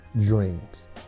dreams